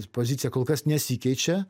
pozicija kol kas nesikeičia